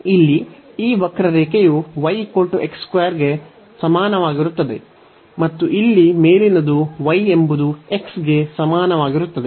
ಇಲ್ಲಿ ಈ ವಕ್ರರೇಖೆಯು y ಗೆ ಸಮಾನವಾಗಿರುತ್ತದೆ ಮತ್ತು ಇಲ್ಲಿ ಮೇಲಿನದು y ಎಂಬುದು x ಗೆ ಸಮಾನವಾಗಿರುತ್ತದೆ